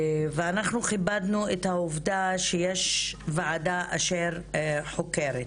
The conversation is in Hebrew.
אנחנו כיבדנו את העובדה שיש ועדה אשר חוקרת.